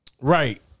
Right